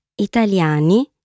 Italiani